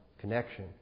connection